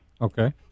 Okay